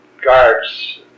guards